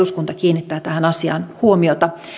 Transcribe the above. kiinnittää tähän asiaan huomiota